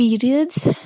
periods